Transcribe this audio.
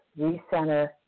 recenter